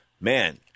Man